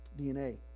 DNA